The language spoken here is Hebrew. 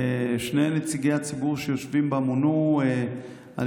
שני נציגי הציבור שיושבים בה מונו על